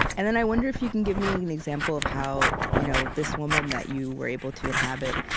and then i wonder if you can give me an example of how you know this woman that you were able to inhabit,